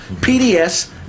PDS